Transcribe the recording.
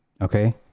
Okay